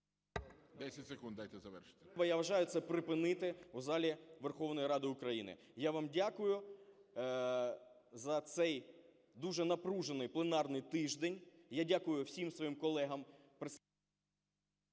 …я вважаю, це припинити у залі Верховної Ради України. Я вам дякую за цей дуже напружений пленарний тиждень. Я дякую всім своїм колегам...